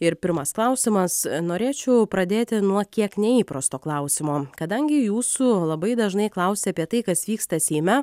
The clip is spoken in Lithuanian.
ir pirmas klausimas norėčiau pradėti nuo kiek neįprasto klausimo kadangi jūsų labai dažnai klausia apie tai kas vyksta seime